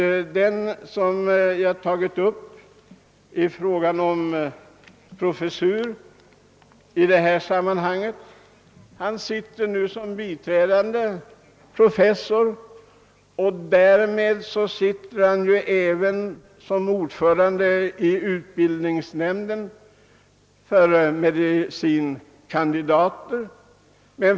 Den man jag framfört som kandidat till professuren på detta område sitter nu som biträdande professor, och därmed bekläder han även posten som ordförande i utbildningsnämnden för medicine kandidater.